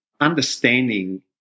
understanding